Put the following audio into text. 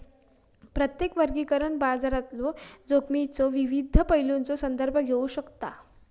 प्रत्येक वर्गीकरण बाजारातलो जोखमीच्यो विविध पैलूंचो संदर्भ घेऊ शकता